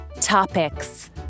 topics